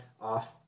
off